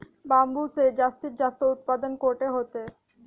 बांबूचे जास्तीत जास्त उत्पादन कुठे होते?